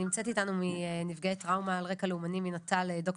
נמצאת איתנו מנפגעי טראומה על רגע לאומי מנט"ל,